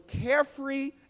carefree